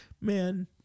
Man